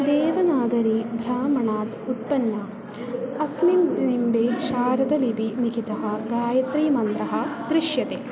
देवनागरी भ्रामणात् उट्टण्णा अस्मिन् लिपौ शारदालिपिः लिखिता गायत्रीमन्त्रः दृश्यते